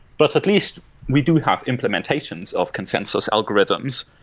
but at least we do have implementations of consensus algorithms,